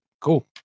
Cool